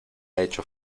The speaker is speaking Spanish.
hecho